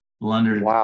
blundered